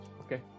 okay